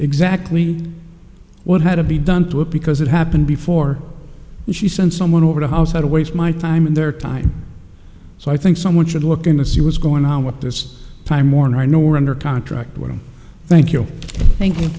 exactly what had to be done to it because it happened before and she sent someone over the house had to waste my time and their time so i think someone should look in to see was going on with this time warner i know we're under contract with them thank you thank